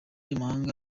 amahanga